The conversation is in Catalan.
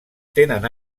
tenen